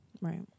Right